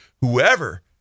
whoever